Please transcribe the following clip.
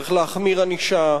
צריך להחמיר ענישה,